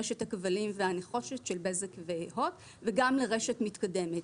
רשת הכבלים והנחושת של בזק והוט וגם לרשת מתקדמת.